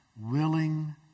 willing